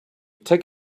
take